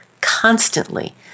constantly